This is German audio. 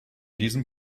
diesem